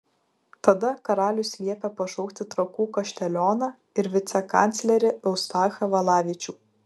tada karalius liepė pašaukti trakų kaštelioną ir vicekanclerį eustachą valavičių